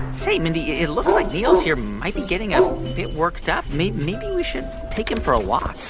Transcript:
say, mindy, it looks like niels here might be getting a bit worked up. maybe maybe we should take him for a walk oh,